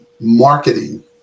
marketing